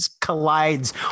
collides